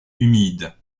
humide